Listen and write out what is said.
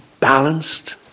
balanced